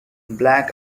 black